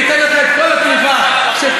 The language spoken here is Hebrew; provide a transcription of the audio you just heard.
לא נותנים לומר פה שני משפטים ברצף.